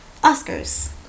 oscars